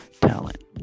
talent